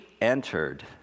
entered